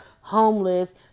homeless